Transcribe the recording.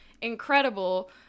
incredible